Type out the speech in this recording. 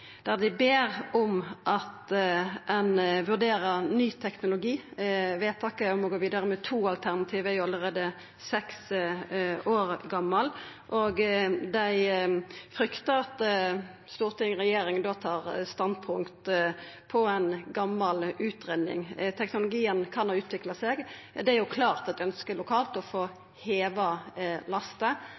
ber om at ein vurderer ny teknologi. Vedtaket om å gå vidare med to alternativ er jo allereie seks år gamalt, og dei fryktar at Stortinget og regjeringa tar standpunkt på ei gamal utgreiing. Teknologien kan ha utvikla seg. Det er eit klart ønske lokalt å få heva lasta,